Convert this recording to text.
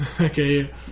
okay